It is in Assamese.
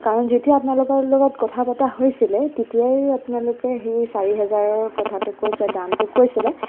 কাৰণ যেতিয়া আপোনালোকৰ লগত কথা পতা হৈছিলে তেতিয়াই আপোনালোকে সেই চাৰি হেজাৰৰ কথাটো কৈছে দামটো কৈছিলে